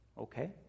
okay